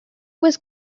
was